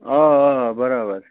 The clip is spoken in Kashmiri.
آ آ برابر